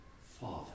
Father